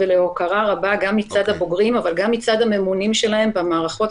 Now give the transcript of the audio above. ולהוקרה רבה גם מצד הבוגרים אבל גם מצד הממונים שלהם במערכות